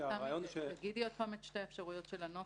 תמי, תגידי שוב את שתי האפשרויות של הנוסח.